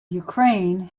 ukraine